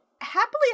Happily